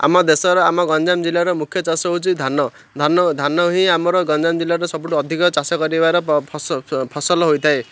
ଆମ ଦେଶର ଆମ ଗଞ୍ଜାମ ଜିଲ୍ଲାର ମୁଖ୍ୟ ଚାଷ ହେଉଛି ଧାନ ଧାନ ଧାନ ହିଁ ଆମର ଗଞ୍ଜାମ ଜିଲ୍ଲାର ସବୁଠୁ ଅଧିକ ଚାଷ କରିବାର ଫସଲ ହୋଇଥାଏ